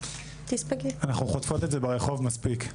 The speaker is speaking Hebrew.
אנחנו חוטפות את זה מספיק ברחובות.